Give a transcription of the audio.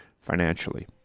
financially